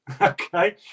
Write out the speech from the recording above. okay